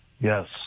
Yes